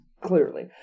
clearly